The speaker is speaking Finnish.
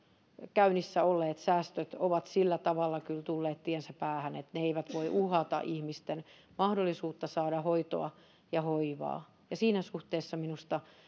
käynnissä olleet säästöt ovat kyllä tulleet tiensä päähän ne eivät voi uhata ihmisten mahdollisuutta saada hoitoa ja hoivaa siinä suhteessa minusta